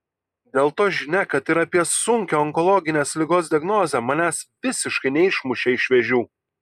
dėl to žinia kad ir apie sunkią onkologinės ligos diagnozę manęs visiškai neišmušė iš vėžių